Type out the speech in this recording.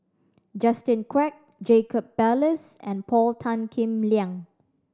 Justin Quek Jacob Ballas and Paul Tan Kim Liang